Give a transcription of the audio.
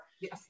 Yes